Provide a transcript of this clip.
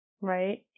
right